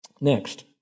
Next